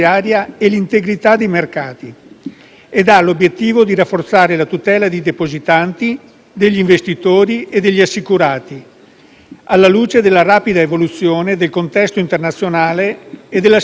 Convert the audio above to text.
e ha l'obiettivo di rafforzare la tutela dei depositanti, degli investitori e degli assicurati, alla luce della rapida evoluzione del contesto internazionale e della situazione relativa al Regno Unito.